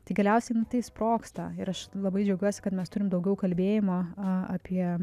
tai galiausiai išsprogsta ir aš labai džiaugiuosi kad mes turim daugiau kalbėjimo a apie